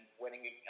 winning